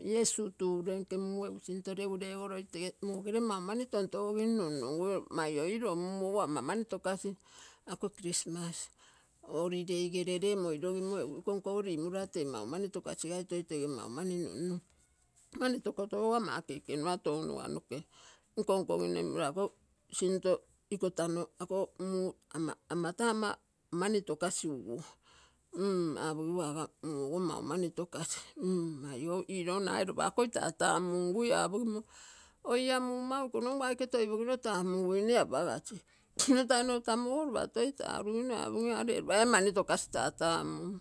Iesu uture nke muu egu sinto regu ogo loi mogere maumani tontogogim nunuguo mai oilo? Muu ogo ama mani togasi ako christmas holiday gere ree moilogimo egu iko nko limolora tee maumani toi tee maumani nununn. Mani tokoto ama ekenua taino noga noke nnkonkoginne ako sinto iko tauino ako muu ama, ama taa mani togasi uguo. Mm apogigue aga muu ogo maumani togasi aiou aii ilou lapa ako tatamungui apogimo nnotainolo lapa toi tamgim apogim oii ii muu iko nogu aike toipogino tanmunguina nno tainolo tamu ogo lopa toi tarugimo apogim aga ree lopa iaa mani togasi tatanmun